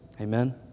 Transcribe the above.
Amen